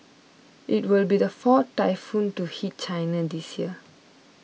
it will be the fourth typhoon to hit China this year